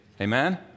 Amen